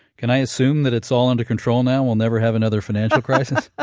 can i assume that it's all under control now, we'll never have another financial crisis? ah